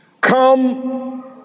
come